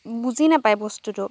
বুজি নেপায় বস্তুটো